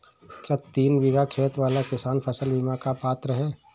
क्या तीन बीघा खेत वाला किसान फसल बीमा का पात्र हैं?